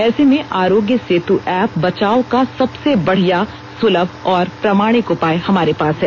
ऐसे में आरोग्य सेतु ऐप बचाव का सबसे बढिया सुलभ और प्रामाणिक उपाय हमारे पास है